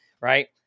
right